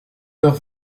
heure